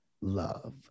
love